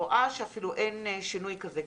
אין שינוי כזה גדול.